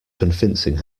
convincing